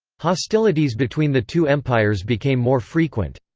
hostilities between the two empires became more frequent.